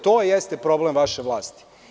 To jeste problem vaše vlasti.